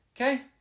Okay